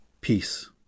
Peace